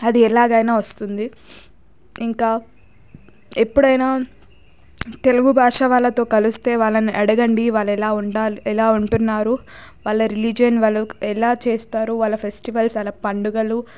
అది ఎలాగైనా వస్తుంది ఇంకా ఎప్పుడైనా తెలుగు భాష వాళ్ళతో కలిస్తే వాళ్ళని అడగండి వాళ్ళు ఎలా ఉండాలి ఎలా ఉంటున్నారు వాళ్ళ రిలీజియన్ వాళ్ళు ఎలా చేస్తారు వాళ్ళ ఫెస్టివల్స్ వాళ్ళ పండుగలు